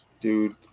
dude